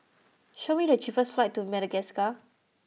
show me the cheapest flights to Madagascar